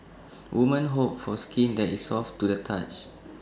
women hope for skin that is soft to the touch